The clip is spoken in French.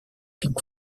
pink